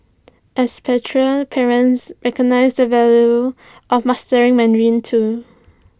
expatriate parents recognise the value of mastering Mandarin too